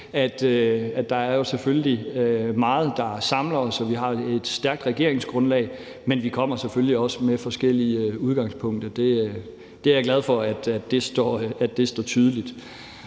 Der er jo selvfølgelig meget, der samler os, og vi har et stærkt regeringsgrundlag, men vi kommer selvfølgelig også med forskellige udgangspunkter. Det er jeg glad for, altså at det står tydeligt